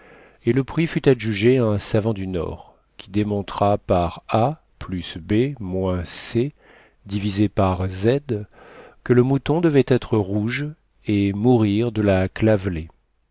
et le prix fut adjugé à un savant du nord qui démontra par a plus b moins c divisé par z que le mouton devait être rouge et mourir de la clavelée